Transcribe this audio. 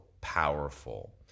powerful